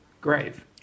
grave